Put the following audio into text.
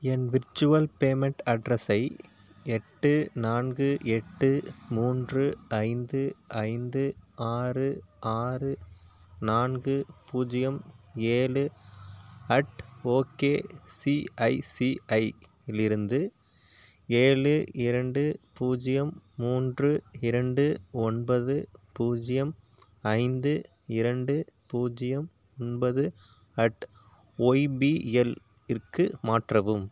என் virtual payment அட்ரஸை எட்டு நான்கு எட்டு மூன்று ஐந்து ஐந்து ஆறு ஆறு நான்கு பூஜ்ஜியம் ஏழு அட் ஓகேசிஐசிஐயிலிருந்து ஏழு இரண்டு பூஜ்ஜியம் மூன்று இரண்டு ஒன்பது பூஜ்ஜியம் ஐந்து இரண்டு பூஜ்ஜியம் ஒன்பது அட் ஒய்பிஎல்யிக்கு மாற்றவும்